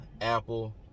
Apple